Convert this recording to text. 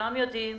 כולנו יודעים